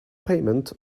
payment